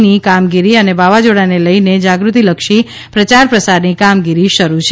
ની કામગીરી અને વાવાઝોડાને લઈને જાગૃતિ લક્ષી પ્રચાર પ્રસારની કામગીરી શરૂ છે